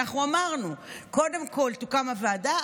ואנחנו אמרנו: קודם כול תוקם הוועדה,